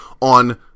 on